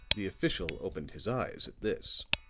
the official opened his eyes at this.